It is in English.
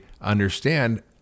understand